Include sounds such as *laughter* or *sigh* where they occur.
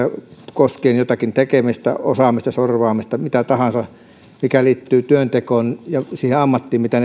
koskien jotakin tekemistä osaamista sorvaamista mitä tahansa mikä liittyy työntekoon ja siihen ammattiin mitä *unintelligible*